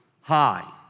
high